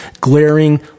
glaring